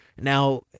Now